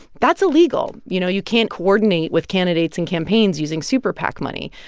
that's illegal. you know, you can't coordinate with candidates and campaigns using superpac money.